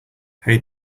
hey